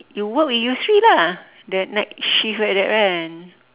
you work with yusri lah the night shift like that kan